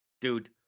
Dude